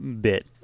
bit